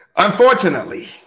Unfortunately